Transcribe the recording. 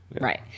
right